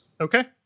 Okay